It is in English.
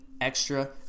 extra